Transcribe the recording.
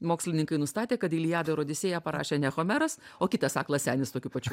mokslininkai nustatė kad iljadą ir odisėją parašė ne homeras o kitas aklas senis tokiu pačiu